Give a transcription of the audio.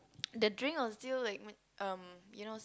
the drink will still like um you know